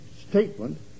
statement